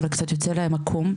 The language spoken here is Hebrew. אבל קצת יוצא להם עקום.